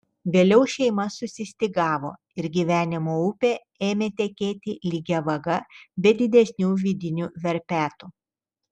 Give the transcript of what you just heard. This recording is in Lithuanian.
vėliau šeima susistygavo ir gyvenimo upė ėmė tekėti lygia vaga be didesnių vidinių verpetų